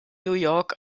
york